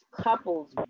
couples